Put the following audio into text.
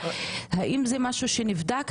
האם זה משהו שנבדק?